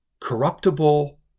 corruptible